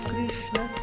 Krishna